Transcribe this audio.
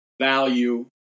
value